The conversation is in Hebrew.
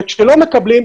וכשלא מקבלים,